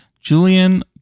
Julian